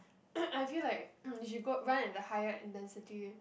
I feel like you should go run at a higher intensity